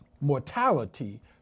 mortality